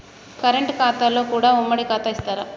Current ఖాతాలో కూడా ఉమ్మడి ఖాతా ఇత్తరా?